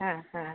ആ ഹാ